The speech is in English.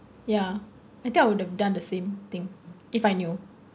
ya I think I would have done the same thing if I knew